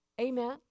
Amen